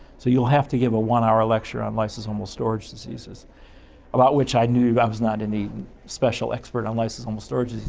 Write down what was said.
so you'll have to give a one-hour lecture on lysosomal storage diseases about which i knew but i was not any special expert on lysosomal storage